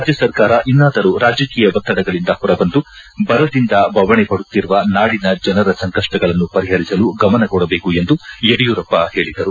ರಾಜ್ಯ ಸರ್ಕಾರ ಇನ್ನಾದರೂ ರಾಜಕೀಯ ಒತ್ತಡಗಳಿಂದ ಹೊರಬಂದು ಬರದಿಂದ ಬವಣೆಪಡುತ್ತಿರುವ ನಾಡಿನ ಜನರ ಸಂಕಷ್ಟಗಳನ್ನು ಪರಿಹರಿಸಲು ಗಮನ ಕೊಡಬೇಕು ಎಂದು ಯಡಿಯೂರಪ್ಪ ಹೇಳಿದರು